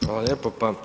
Hvala lijepo.